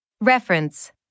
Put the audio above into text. Reference